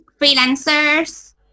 freelancers